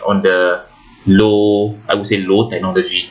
on the low I would say low technology